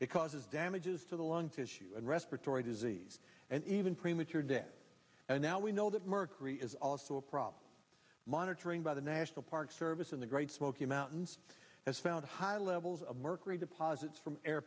it causes damages to the lung tissue and respiratory disease and even premature death and now we know that mercury is also a problem monitoring by the national park service in the great smoky mountains has found high levels of mercury deposits from air